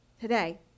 today